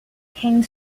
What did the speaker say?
king